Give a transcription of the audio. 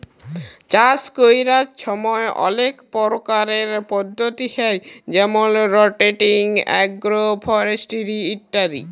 চাষ ক্যরার ছময় অলেক পরকারের পদ্ধতি হ্যয় যেমল রটেটিং, আগ্রো ফরেস্টিরি ইত্যাদি